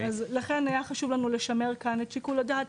לכן היה חשוב לנו לשמר כאן את שיקול הדעת,